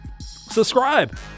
Subscribe